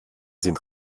sind